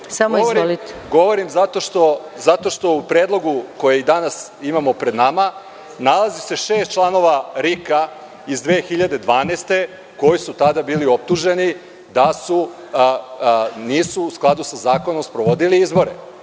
Govorim zato što u predlogu koji danas imamo pred nama nalazi se šest članova RIK-a iz 2012. godine koji su tada bili optuženi da nisu u skladu sa zakonom sprovodili izbore. Pitam